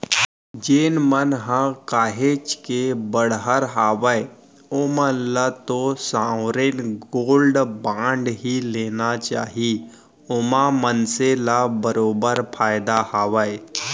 जेन मन ह काहेच के बड़हर हावय ओमन ल तो साँवरेन गोल्ड बांड ही लेना चाही ओमा मनसे ल बरोबर फायदा हावय